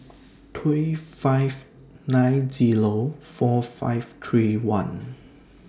three five nine Zero four five three one